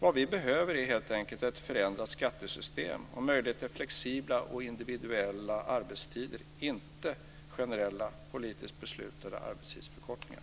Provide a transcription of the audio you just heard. Vad vi behöver är helt enkelt ett förändrat skattesystem och möjlighet till flexibla och individuella arbetstider - inte generella, politiskt beslutade arbetstidsförkortningar.